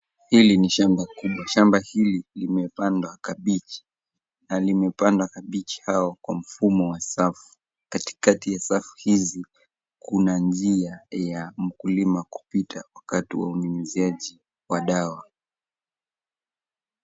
Hili ni shamba kubwa, shamba hili limepandwa kabeji, na limepandwa kabeji au kwa mfumo kwa safu. Katikati ya safu hizi kuna njia za mkulima kupita wakati wa uyunyiziaji wa dawa.